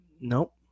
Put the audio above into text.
Nope